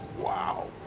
wow.